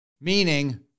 meaning